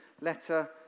letter